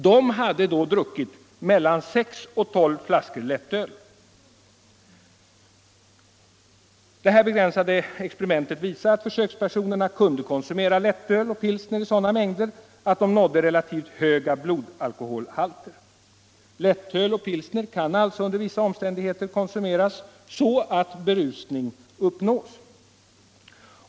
De hade då druckit mellan 6 och 12 flaskor lättöl. Detta begränsade experiment visar att försökspersonerna kunde konsumera lättöl och pilsner i sådana mängder att de nådde relativt höga blodalkoholhalter. Lättöl och pilsner kan alltså under vissa omständigheter konsumeras så att berusning uppnås.